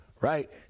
right